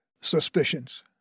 Suspicions